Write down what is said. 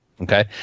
Okay